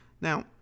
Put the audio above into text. now